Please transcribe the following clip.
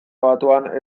batuan